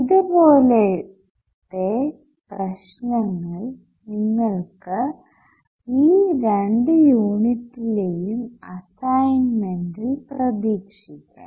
ഇത് പോലത്തെ പ്രശ്നങ്ങൾ നിങ്ങൾക്ക് ഈ രണ്ടു യൂണിറ്റിലേയും അസൈൻമെന്റിൽ പ്രതീക്ഷിക്കാം